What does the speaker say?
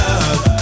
love